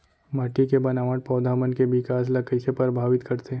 माटी के बनावट पौधा मन के बिकास ला कईसे परभावित करथे